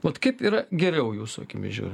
vat kaip yra geriau jūsų akimis žiūri